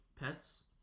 pets